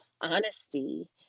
honesty